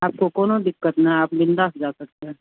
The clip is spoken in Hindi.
आपको कौनो दिक्कत न आप बिंदास जा सकते हैं